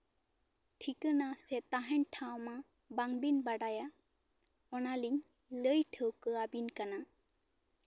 ᱴᱷᱤᱠᱟᱱᱟ ᱥᱮ ᱛᱟᱦᱮᱱ ᱴᱷᱟᱶ ᱢᱟ ᱵᱟᱝᱵᱤᱱ ᱵᱟᱰᱟᱭᱟ ᱚᱱᱟ ᱞᱤᱧ ᱞᱟᱹᱭ ᱴᱷᱟᱹᱣᱠᱟᱹ ᱟᱵᱤᱱ ᱠᱟᱱᱟ